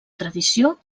tradició